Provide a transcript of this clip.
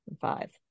Five